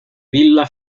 villa